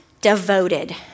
devoted